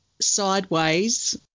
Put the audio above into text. sideways